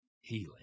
healing